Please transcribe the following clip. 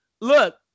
Look